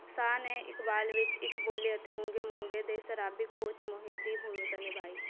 ਸ਼ਾਹ ਨੇ ਇਕਬਾਲ ਵਿੱਚ ਇੱਕ ਬੋਲੇ ਅਤੇ ਗੂੰਗੇ ਮੁੰਡੇ ਦੇ ਸ਼ਰਾਬੀ ਕੋਚ ਮੋਹਿਤ ਦੀ ਭੂਮਿਕਾ ਨਿਭਾਈ